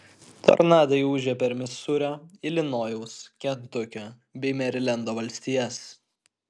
tornadai ūžė per misūrio ilinojaus kentukio bei merilendo valstijas